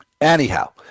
anyhow